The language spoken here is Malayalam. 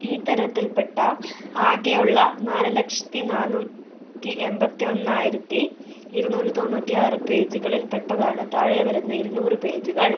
ഈ തരത്തിൽപ്പെട്ട ആകെയുള്ള നാല് ലക്ഷത്തി നാനൂറ്റി എൺപത്തി ഒന്നായിരത്തി ഇരുനൂറ്റി തൊണ്ണൂറ്റി ആറ് പേജുകളിൽപ്പെട്ടതാണ് താഴെവരുന്ന ഇരുനൂറ് പേജുകൾ